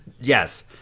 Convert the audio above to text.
yes